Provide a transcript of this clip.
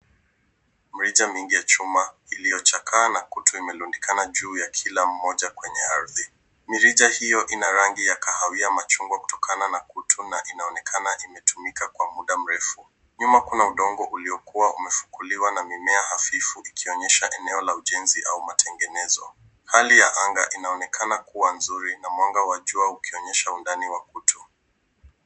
Mirija mingi ya chuma iliyochakaa na kutu imerundikana juu ya kila mmoja kwenye ardhi. Mirija hio ina rangi ya kahawia machungwa kutokana na kutu na inaonekana imetumika kwa muda mrefu. Nyuma kuna udongo uliokuwa umefukuliwa na mimea hafifu ikionyesha eneo la ujenzi au matengenezo. Hali ya anga inaonekana kuwa nzuri na mwanga wa jua ukionyesha undani wa kutu.